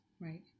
Right